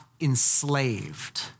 enslaved